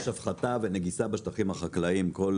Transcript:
יש הפחתה ונגיסה בשטחים החקלאים כל